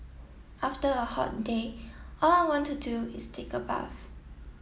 after a hot day all I want to do is take a bath